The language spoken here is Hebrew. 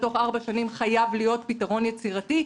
תוך ארבע שנים חייב להיות פתרון יצירתי,